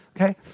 Okay